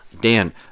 Dan